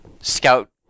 Scout